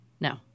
No